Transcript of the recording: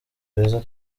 beza